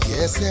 Yes